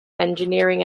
engineering